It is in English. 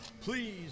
Please